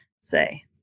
say